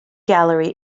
gallery